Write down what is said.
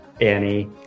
Annie